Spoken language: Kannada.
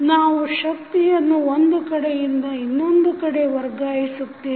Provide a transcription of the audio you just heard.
ನಾವು ಶಕ್ತಿಯನ್ನು ಒಂದು ಕಡೆಯಿಂದ ಇನ್ನೊಂದು ಕಡೆ ವರ್ಗಾಯಿಸುತ್ತೇವೆ